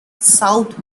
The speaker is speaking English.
south